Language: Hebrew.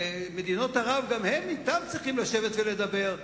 גם עם מדינות ערב צריך לשבת ולדבר,